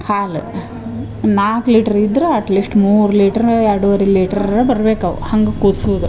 ಹಾಲು ನಾಲ್ಕು ಲೀಟ್ರ್ ಇದ್ರ ಅಟ್ಲೀಸ್ಟ್ ಮೂರ್ ಲೀಟ್ರ್ ಎರಡೂವರೆ ಲೀಟ್ರ್ ಬರ್ಬೇಕು ಅವ ಹಂಗೆ ಕುದ್ಸೂದು